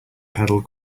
pedal